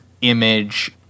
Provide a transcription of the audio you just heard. image